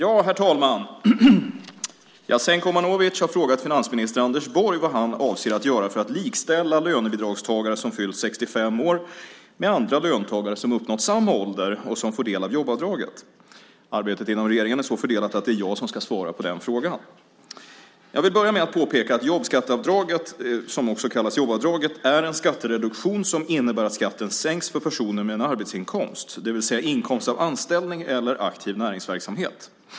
Herr talman! Jasenko Omanovic har frågat finansminister Anders Borg vad han avser att göra för att likställa lönebidragstagare som fyllt 65 år med andra löntagare som uppnått samma ålder och som får del av jobbavdraget. Arbetet inom regeringen är så fördelat att det är jag som ska svara på frågan. Jag vill börja med att påpeka att jobbskatteavdraget, även kallat jobbavdraget, är en skattereduktion som innebär att skatten sänks för personer med en arbetsinkomst, det vill säga inkomst av anställning eller aktiv näringsverksamhet.